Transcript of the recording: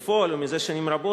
בפועל, וזה שנים רבות,